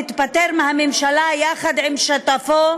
והתפטר מהממשלה יחד עם שותפו,